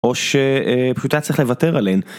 או שפשוט היה צריך לוותר עליהן.